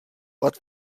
but